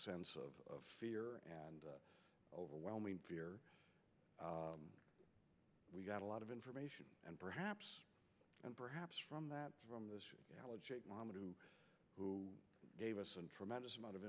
sense of fear and overwhelming fear we got a lot of information and perhaps and perhaps from that from the mama who who gave us a tremendous amount of